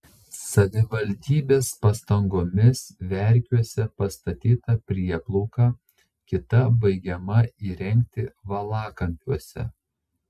savivaldybės pastangomis verkiuose pastatyta prieplauka kita baigiama įrengti valakampiuose